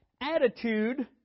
attitude